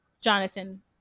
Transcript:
Jonathan